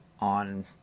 on